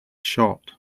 shot